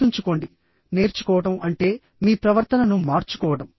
గుర్తుంచుకోండి నేర్చుకోవడం అంటే మీ ప్రవర్తనను మార్చుకోవడం